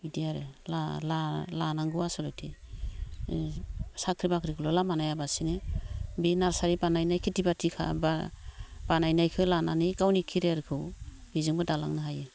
इदि आरो लालानांगौ आसल'थे ओ साख्रि बाख्रि खौल' लामा नायालासिनो बे नारसारि बानायनाय खिथि बाथि बानायनायखो लानानै गावनि केरियारखौ बिजोंबो दालांनाय हायो